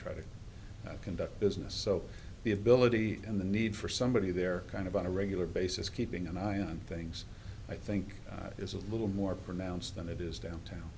try to conduct business so the ability and the need for somebody there kind of on a regular basis keeping an eye on things i think is a little more pronounced than it is downtown